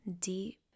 deep